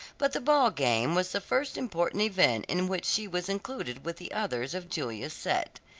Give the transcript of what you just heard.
but the ball game was the first important event in which she was included with the others of julia's set.